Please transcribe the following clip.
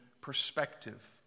perspective